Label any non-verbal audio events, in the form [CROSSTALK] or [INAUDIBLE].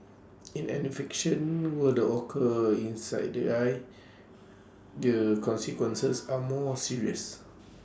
in an infection [HESITATION] were the occur inside the eye the consequences are more serious